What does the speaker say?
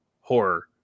horror